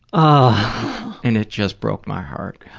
ah and it just broke my heart.